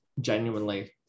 genuinely